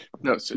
No